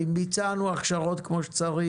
האם ביצענו הכשרות כמו שצריך?